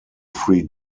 free